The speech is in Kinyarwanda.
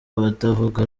abatavuga